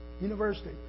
University